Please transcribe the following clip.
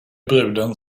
bruden